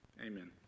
Amen